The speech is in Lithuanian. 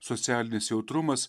socialinis jautrumas